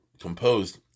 composed